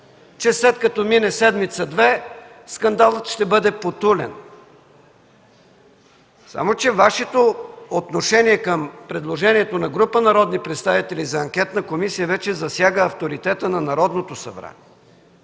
че след като минат седмица, две скандалът ще бъде потулен. Само че Вашето отношение към предложението на група народни представители за анкетна комисия вече засяга авторитета на Народното събрание.